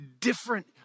different